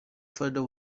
father